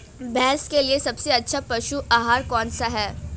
भैंस के लिए सबसे अच्छा पशु आहार कौनसा है?